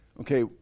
okay